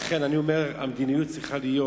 לכן המדיניות צריכה להיות,